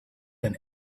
than